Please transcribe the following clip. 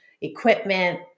equipment